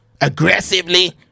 aggressively